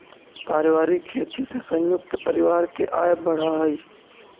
पारिवारिक खेती से संयुक्त परिवार के आय बढ़ऽ हई